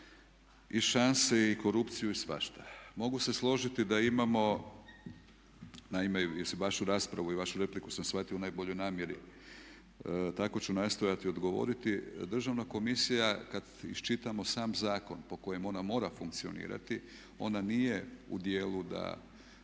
i šanse i korupciju i svašta. Mogu se složiti da imamo, naime jer vašu raspravu i vašu repliku sam shvatio u najboljoj namjeri, tako ću i nastojati odgovoriti. Državna komisija kada iščitamo sam zakon po kojem ona mora funkcionirati, ona nije u dijelu da